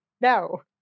No